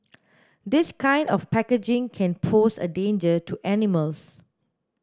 this kind of packaging can pose a danger to animals